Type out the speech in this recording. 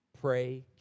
pray